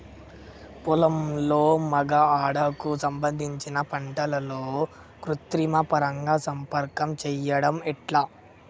పొలంలో మగ ఆడ కు సంబంధించిన పంటలలో కృత్రిమ పరంగా సంపర్కం చెయ్యడం ఎట్ల?